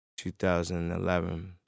2011